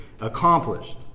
accomplished